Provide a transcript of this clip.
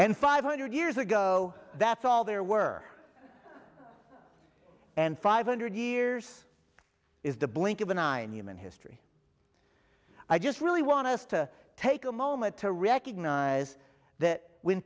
and five hundred years ago that's all there were and five hundred years is the blink of an eye in human history i just really want us to take a moment to recognize that when